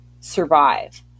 survive